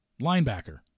Linebacker